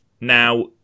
Now